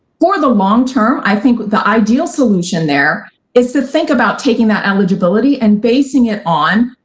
for the longterm, i think the ideal solution there is to think about taking that eligibility and basing it on,